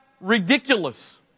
ridiculous